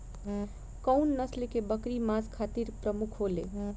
कउन नस्ल के बकरी मांस खातिर प्रमुख होले?